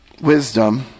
wisdom